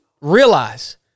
realize